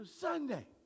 Sunday